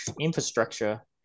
infrastructure